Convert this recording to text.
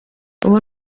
ubu